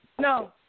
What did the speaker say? No